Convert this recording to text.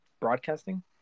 broadcasting